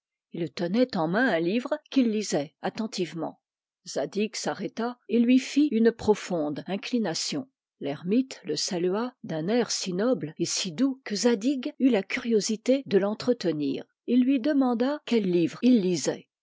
il tenait en main un livre qu'il lisait attentivement zadig s'arrêta et lui fit une profonde inclination l'ermite le salua d'un air si noble et si doux que zadig eut la curiosité de l'entretenir il lui demanda quel livre il lisait